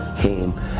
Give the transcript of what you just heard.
came